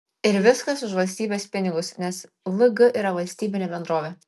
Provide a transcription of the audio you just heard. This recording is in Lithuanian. ir viskas už valstybės pinigus nes lg yra valstybinė bendrovė